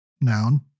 noun